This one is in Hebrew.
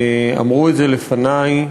אמרו את זה לפני,